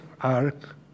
arc